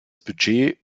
budget